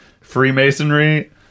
Freemasonry